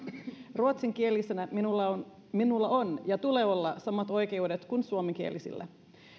ruotsinkielisenä minulla on minulla on ja tulee olla samat oikeudet kuin suomenkielisillä